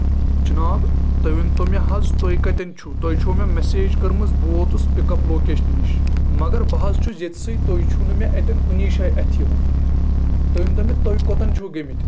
جِناب تُہۍ ؤنتو مےٚ حظ تُہۍ کَتٮ۪ن چھِو تۄہہِ چھِو مےٚ میسیج کٔرمٕژ بہٕ ووتُس پِک اپ لوکیٚشنہِ نِش مَگر بہٕ حظ چھُس ییٚتہِ سٕے تُہۍ چھِو نہٕ مےٚ اَتٮ۪ن کُنے جایہِ اَتھہِ یِوان تٔمۍ دوٚپ مےٚ تُہۍ کَۄتن چھِو گٔمٕتۍ